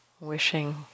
wishing